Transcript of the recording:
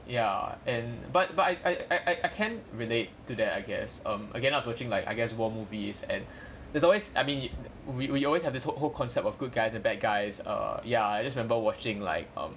ya and but but I I I I can't relate to that I guess um again I purchasing Ike I guess war movies and there's always I mean we we always have this who~ whole concept of good guys are bad guys err yeah I just remember watching like um